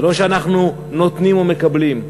זה לא שאנחנו נותנים ומקבלים.